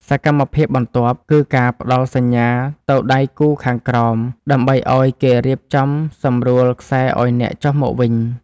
សកម្មភាពបន្ទាប់ គឺការផ្ដល់សញ្ញាទៅដៃគូខាងក្រោម ដើម្បីឱ្យគេរៀបចំសម្រួលខ្សែឱ្យអ្នកចុះមកវិញ។